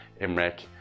Imrek